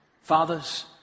Fathers